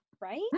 Right